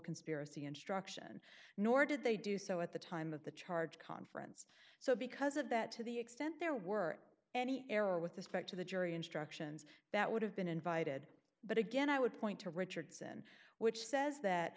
conspiracy instruction nor did they do so at the time of the charge conference so because of that to the extent there were any error with respect to the jury instructions that would have been invited but again i would point to richardson which says that